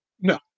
No